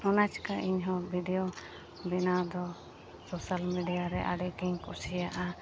ᱚᱱᱟ ᱪᱤᱠᱟᱹ ᱤᱧᱦᱚᱸ ᱵᱷᱤᱰᱤᱭᱳ ᱵᱮᱱᱟᱣ ᱫᱚ ᱥᱳᱥᱟᱞ ᱢᱤᱰᱤᱭᱟᱨᱮ ᱟᱹᱰᱤ ᱟᱸᱴᱤᱧ ᱠᱩᱥᱤᱭᱟᱜᱼᱟ